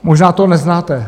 Možná to neznáte.